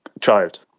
child